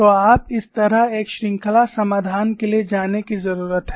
तो आप इस तरह एक श्रृंखला समाधान के लिए जाने की जरूरत है